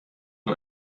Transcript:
nur